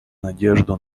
надежду